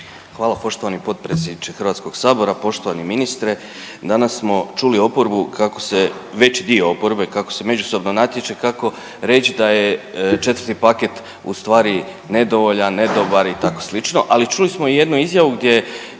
Hvala poštovani potpredsjedniče HS. Poštovani ministre, danas smo čuli oporbu kako se, veći dio oporbe kako se međusobno natječe kako reći da je 4. paket ustvari nedovoljan, ne dobar i tako slično, ali čuli smo i jednu izjavu gdje